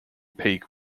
peak